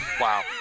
Wow